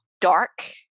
Dark